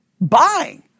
buying